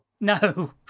No